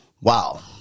Wow